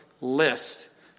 list